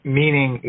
meaning